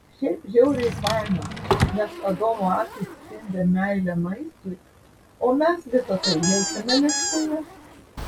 šiaip žiauriai faina nes adomo akys spindi meile maistui o mes visa tai jaučiame lėkštėje